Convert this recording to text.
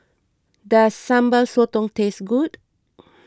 does Sambal Sotong taste good